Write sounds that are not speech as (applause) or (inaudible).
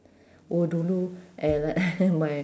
oh dulu at (laughs) at my